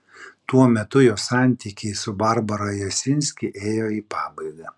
tuo metu jo santykiai su barbara jasinski ėjo į pabaigą